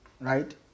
right